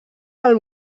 del